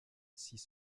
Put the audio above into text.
six